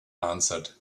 answered